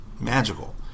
magical